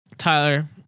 Tyler